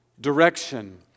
direction